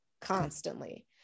constantly